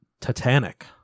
Titanic